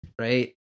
Right